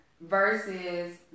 Versus